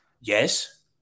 Yes